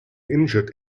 injured